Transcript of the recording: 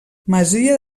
masia